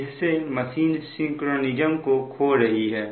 जिससे machine synchronism को खो रही है